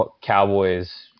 Cowboys